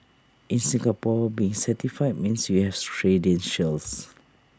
in Singapore being certified means you have credentials